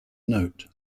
note